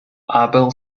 abel